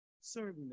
serving